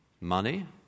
Money